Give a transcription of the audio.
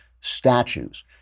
statues